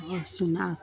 औ सुना